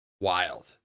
wild